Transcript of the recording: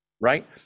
right